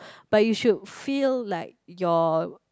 but you should feel like your